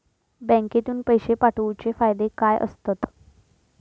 बँकेतून पैशे पाठवूचे फायदे काय असतत?